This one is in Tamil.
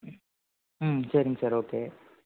ம் ம் சரிங்க சார் ஓகே